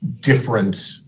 different